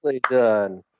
done